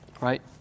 Right